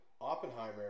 oppenheimer